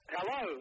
Hello